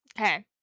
Okay